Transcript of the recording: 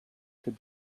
could